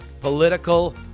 political